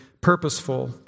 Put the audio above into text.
purposeful